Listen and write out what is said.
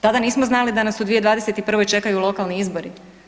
Tada nismo znali da nas u 2021. čekaju lokalni izbori?